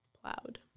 Plowed